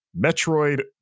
metroid